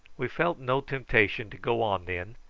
we felt no temptation to go on then,